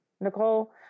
Nicole